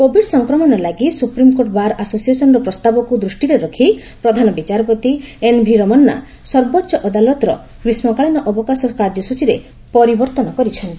Covid ସଂକ୍ରମଣ ଲାଗି supreme court bar ଆସୋସିଏସନର ପ୍ରସ୍ତାବକୁ ଦୃଷ୍ଟିରେ ରଖି ପ୍ରଧାନ ବିଚାରପତି ଏନଭି ରମ୍ନ୍ନା ସର୍ବୋଚ୍ଚ ଅଦାଲତର ଗ୍ରୀଷ୍ମକାଳୀନ ଅବକାଶ କାର୍ଯ୍ୟସୂଚୀରେ ପରିବର୍ତ୍ତନ କରିଛନ୍ତି